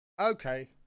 okay